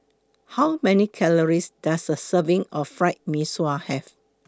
How Many Calories Does A Serving of Fried Mee Sua Have